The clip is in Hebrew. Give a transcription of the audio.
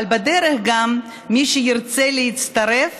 אבל בדרך, מי שירצה להצטרף